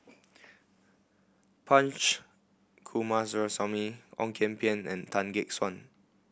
Punch Coomaraswamy Ong Kian Peng and Tan Gek Suan